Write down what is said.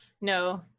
No